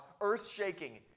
earth-shaking